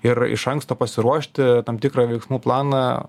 ir iš anksto pasiruošti tam tikrą veiksmų planą